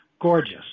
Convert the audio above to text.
gorgeous